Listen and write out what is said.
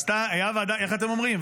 הייתה, איך אתם אומרים?